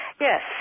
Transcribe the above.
Yes